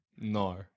No